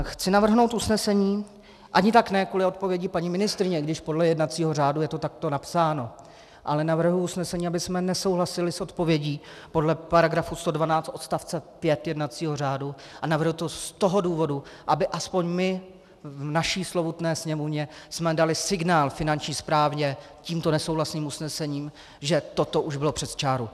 Chci navrhnout usnesení, ani tak ne kvůli odpovědi paní ministryně, i když podle jednacího řádu je to takto napsáno, ale navrhuji usnesení, abychom nesouhlasili s odpovědí podle § 112 odst. 5 jednacího řádu, a navrhuji to z toho důvodu, abychom aspoň my v naší slovutné Sněmovně dali signál Finanční správě tímto nesouhlasným usnesením, že toto už bylo přes čáru.